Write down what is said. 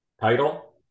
title